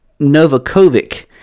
Novakovic